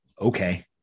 Okay